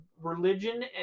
religion